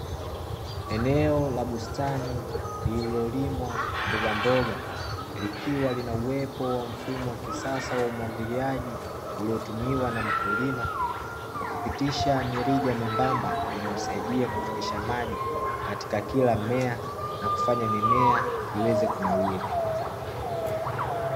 Eneo la bustani liliyolimwa mboga mboga likiwa linauwepo wa mfumo wa kisasa wa umwagiliaji, uliotumiwa na mkulima kwa kupitisha mirija membamba, inayosaidia kufikisha maji katika kila mmea na kufanya mimea iweze kunawiri.